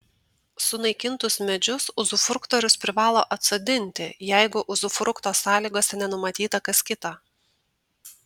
sunaikintus medžius uzufruktorius privalo atsodinti jeigu uzufrukto sąlygose nenumatyta kas kita